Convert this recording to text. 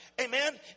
Amen